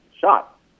shot